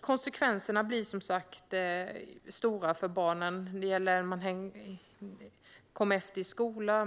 Konsekvenserna blir som sagt stora för barnen. Man kommer efter i skolan.